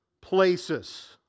places